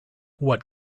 what